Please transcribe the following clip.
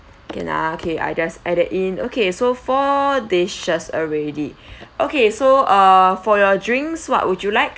can ah okay I just add in okay so four dishes already okay so uh for your drinks what would you like